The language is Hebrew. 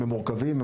הם מורכבים,